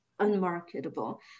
unmarketable